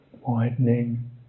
widening